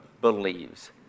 believes